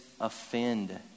offend